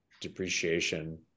depreciation